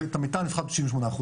ואת המתאן הפחתנו ב-98%.